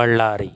Ballari